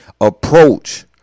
approach